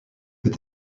peut